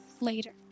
Later